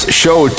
show